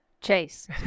Chase